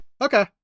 Okay